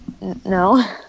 no